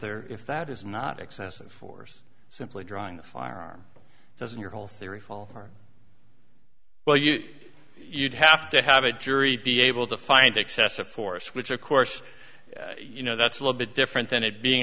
there if that is not excessive force simply drawing a firearm doesn't your whole theory fall well you you'd have to have a jury be able to find excessive force which of course you know that's a little bit different than it being